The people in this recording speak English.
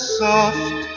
soft